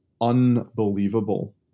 unbelievable